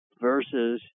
versus